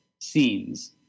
scenes